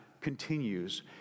continues